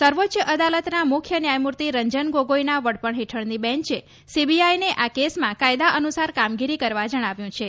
સર્વોચ્ચ અદાલતના મુખ્ય ન્યાયમૂર્તિ રંજન ગોગોઈના વડપણ હેઠળની બેન્ચે સીબીઆઈને આ કેસમાં કાયદા અનુસાર કામગીરી કરવા જણાવ્યું છે